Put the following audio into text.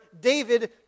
David